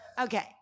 Okay